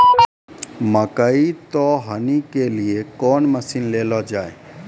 मकई तो हनी के लिए कौन मसीन ले लो जाए?